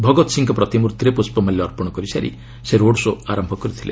ଭଗତ ସିଂହଙ୍କ ପ୍ରତିମର୍ତ୍ତିରେ ପୁଷ୍ପ ମାଲ୍ୟ ଅର୍ପଣ କରିସାରି ସେ ରୋଡ୍ ଶୋ' ଆରମ୍ଭ କରିଥିଲେ